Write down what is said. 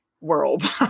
world